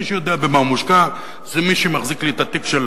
מי שיודע במה אני מושקע זה מי שמחזיק לי את התיק של